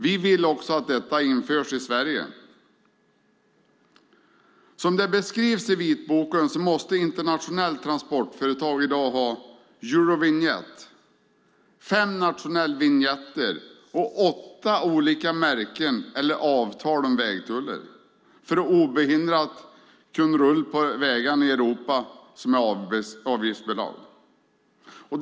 Vi vill att detta också görs i Sverige. Som det beskrivs i vitboken måste internationella transportföretag i dag ha eurovinjett, fem nationella vinjetter och åtta olika märken eller avtal om vägtullar för att obehindrat kunna rulla på de vägar i Europa som är avgiftsbelagda.